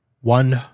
one